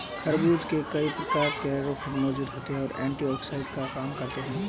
खरबूज में कई प्रकार के कैरोटीनॉयड मौजूद होते और एंटीऑक्सिडेंट का काम करते हैं